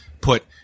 put